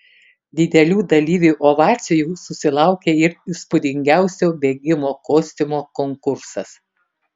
didelių dalyvių ovacijų susilaukė ir įspūdingiausio bėgimo kostiumo konkursas